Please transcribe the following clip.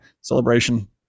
Celebration